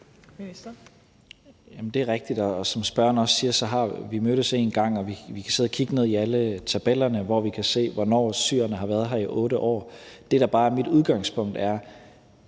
det er rigtigt, og som spørgeren også siger, har vi mødtes én gang. Og vi kan sidde og kigge ned i alle tabellerne, hvor vi kan se, hvornår syrerne har været her i 8 år. Det, der bare er mit udgangspunkt, er,